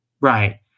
right